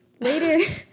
Later